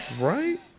Right